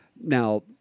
Now